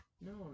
No